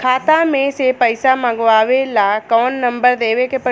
खाता मे से पईसा मँगवावे ला कौन नंबर देवे के पड़ी?